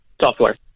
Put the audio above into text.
Software